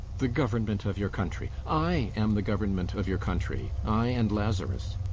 the government of your country! i am the government of your country i, and lazarus.